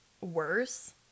worse